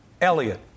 Elliot